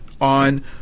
on